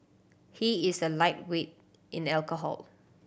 he is a lightweight in alcohol